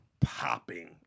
popping